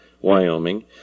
Wyoming